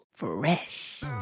fresh